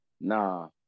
nah